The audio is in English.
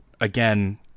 again